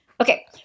Okay